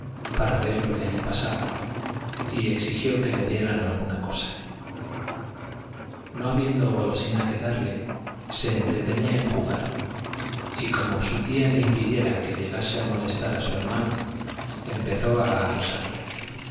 para ver lo que allí pasaba y exigió que le dieran alguna cosa no habiendo golosina que darle se entretenía en jugar y como su tía le impidiera que llegase a molestar a su hermano empezó a acosarla